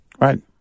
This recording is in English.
Right